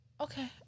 Okay